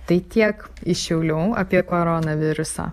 tai tiek iš šiaulių apie koronavirusą